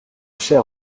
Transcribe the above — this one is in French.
chers